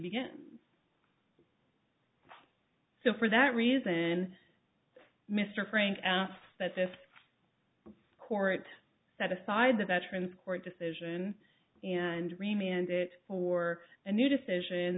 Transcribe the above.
begins so for that reason mr frank that this court set aside the veterans court decision and dreamy and it for a new decision